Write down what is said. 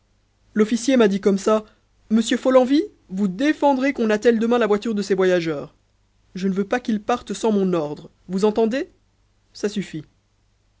l'officier m'a dit comme ça monsieur follenvie vous défendrez qu'on attelle demain la voiture de ces voyageurs je ne veux pas qu'ils partent sans mon ordre vous entendez ça suffit